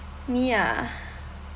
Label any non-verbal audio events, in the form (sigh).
me ah (breath)